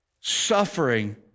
suffering